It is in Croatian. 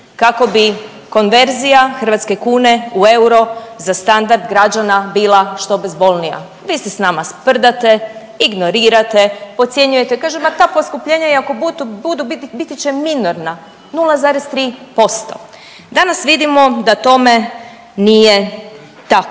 kako bi konverzija hrvatske kune u euro za standard građana bila što bezbolnija. Vi se sa nama sprdate, ignorirate, podcjenjujete. Kaže ma ta poskupljenja ako i budu, biti će minorna 0,3%. Danas vidimo da tome nije tako.